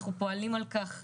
אנחנו פועלים על כך